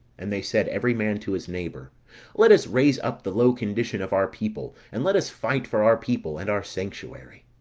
and they said, every man to his neighbour let us raise up the low condition of our people, and let us fight for our people, and our sanctuary.